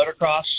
motocross